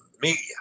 media